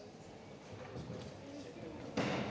Tak